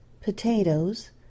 Potatoes